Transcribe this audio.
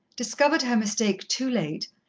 discovered her mistake too late,